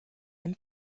and